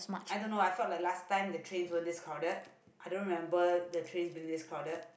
I don't know I felt like last time the trains weren't this crowded I don't remember the trains being this crowded